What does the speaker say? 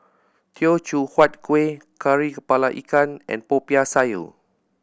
Teochew Huat Kuih Kari Kepala Ikan and Popiah Sayur